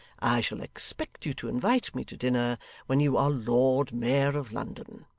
i shall expect you to invite me to dinner when you are lord mayor of london